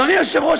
אדוני היושב-ראש,